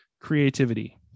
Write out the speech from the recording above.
Creativity